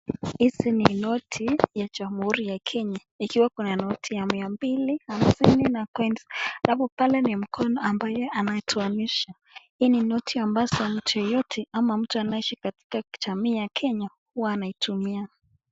Hizi ni noti ya jamhuri ya Kenya, ikiwa kuna noti ya mia mbili, hamsini na coins ,halafu pale ni mkono ambaye anatoanisha. Hizi ni noti ambayo mtu yeyote ama mtu anayeishi katika jamhuri ya kenya huwa anaitumia.